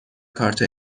کارت